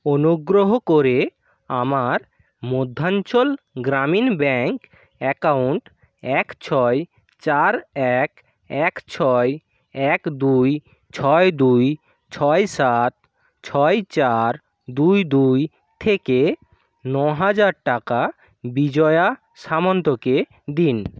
অনুগ্রহ করে আমার মধ্যাঞ্চল গ্রামীণ ব্যাঙ্ক অ্যাকাউন্ট এক ছয় চার এক এক ছয় এক দুই ছয় দুই ছয় সাত ছয় চার দুই দুই থেকে ন হাজার টাকা বিজয়া সামন্তকে দিন